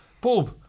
Bob